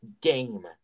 game